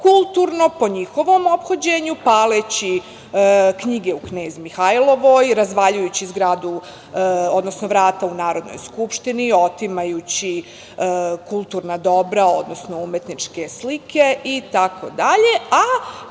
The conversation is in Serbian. po njihovom ophođenju, paleći knjige u Knez Mihailovoj, razvaljujući zgradu, odnosno vrata u Narodnoj skupštini, otimajući kulturna dobra, odnosno umetničke slike itd.